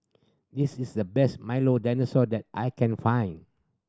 this is the best Milo Dinosaur that I can find